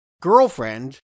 girlfriend